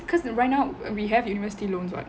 because right because the right now we have university loans [what]